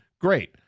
great